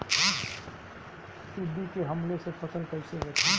टिड्डी के हमले से फसल कइसे बची?